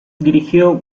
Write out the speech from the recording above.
dirigió